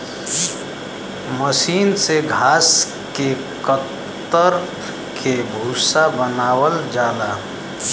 मसीन से घास के कतर के भूसा बनावल जाला